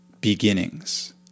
beginnings